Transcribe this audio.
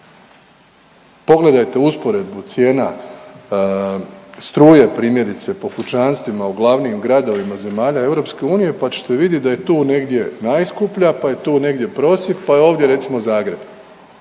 Pogledajte usporedbu cijena struje primjerice po kućanstvima u glavnim gradovima zemalja EU pa ćete vidjeti da je tu negdje najskuplja, pa je tu negdje prosjek, pa je ovdje recimo Zagreb,